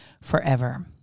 forever